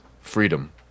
freedom